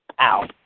Ow